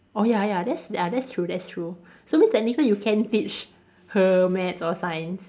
orh ya ya that's uh that's true that's true so means technically you can teach her maths or science